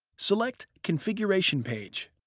select configuration page,